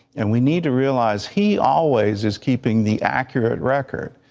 and we need to realize he always is keeping the accurate record.